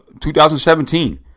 2017